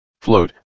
Float